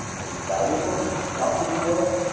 this is valuable, it's not busy work.